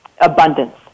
abundance